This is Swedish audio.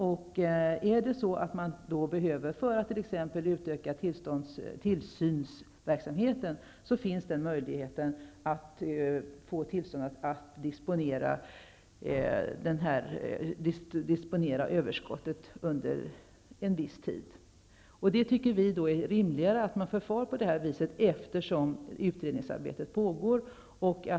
Om man behöver detta för att t.ex. utöka tillsynsverksamheten finns möjligheten att få tillstånd att disponera överskottet under en viss tid. Vi tycker att det är rimligare att man förfar på det här sättet eftersom utredningsarbetet pågår.